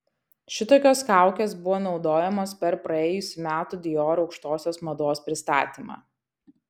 šitokios kaukės buvo naudojamos per praėjusių metų dior aukštosios mados pristatymą